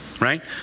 right